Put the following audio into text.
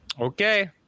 Okay